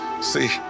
See